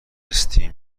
stem